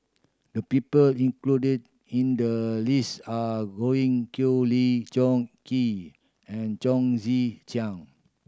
the people included in the list are Godwin Koay Lee Choon Kee and Chong Tze Chien